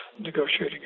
negotiating